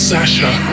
Sasha